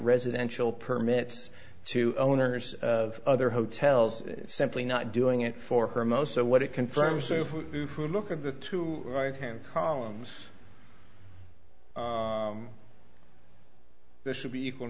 residential permits to owners of other hotels simply not doing it for her most of what it confirms to look at the two right hand columns there should be equal